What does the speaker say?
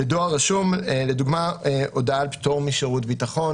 בדואר רשום לדוגמה הודעה על פטור משירות ביטחון